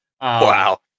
Wow